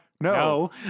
no